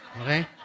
Okay